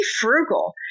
frugal